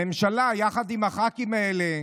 הממשלה, יחד עם הח"כים האלה,